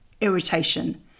irritation